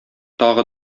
тагы